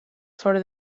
for